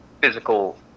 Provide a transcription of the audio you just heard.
physical